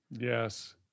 Yes